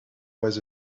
was